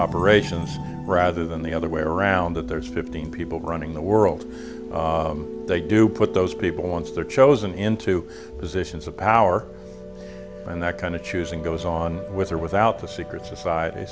operations rather than the other way around that there's fifteen people running the world they do put those people once they're chosen into positions of power and that kind of choosing goes on with or without the secret societ